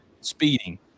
speeding